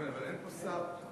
אבל אין פה שר.